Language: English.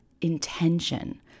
intention